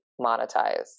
monetize